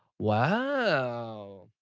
wow.